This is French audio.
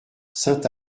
saint